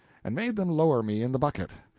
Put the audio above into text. and made them lower me in the bucket.